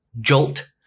Jolt